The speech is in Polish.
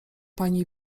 pani